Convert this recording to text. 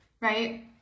right